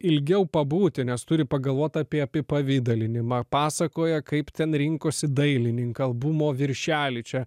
ilgiau pabūti nes turi pagalvot apie apipavidalinimą pasakoja kaip ten rinkosi dailininką albumo viršelį čia